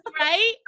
right